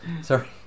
sorry